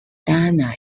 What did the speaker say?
dana